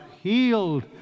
healed